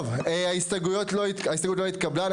טוב, ההסתייגות לא התקבלה.